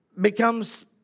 becomes